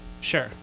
Sure